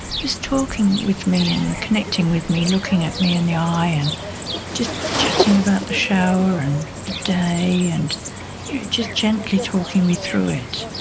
just talking with me and connecting with me, looking at me in the eye and just chatting about the shower and the day, and just gently talking me through it,